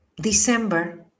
December